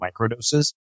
microdoses